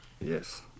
Yes